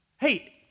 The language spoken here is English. Hey